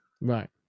right